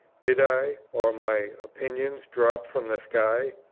did i, or my opinions, drop from the sky?